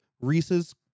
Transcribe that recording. Reese's